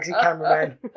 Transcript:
cameraman